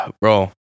Bro